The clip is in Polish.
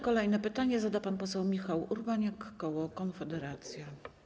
Kolejne pytanie zada pan poseł Michał Urbaniak, koło Konfederacja.